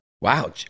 Wow